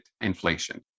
inflation